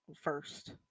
first